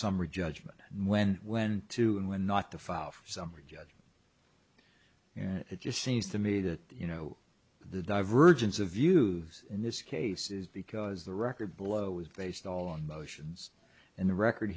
summary judgment when when to when not to file for summer job it just seems to me that you know the divergence of views in this case is because the record blow was based on motions and the record